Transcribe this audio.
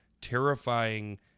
terrifying